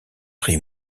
ris